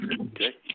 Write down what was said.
Okay